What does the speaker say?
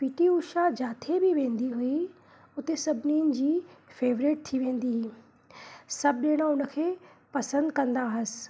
P T Usha जिथे बि वेंदी हुई उते सभनीनि जी फ़ेवरेट थी वेंदी हीउ सभु ॼणा उनखे पसंदि कंदा हुअसि